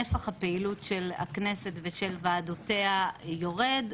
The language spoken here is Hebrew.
נפח הפעילות של הכנסת ושל ועדותיה יורד.